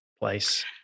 place